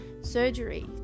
surgery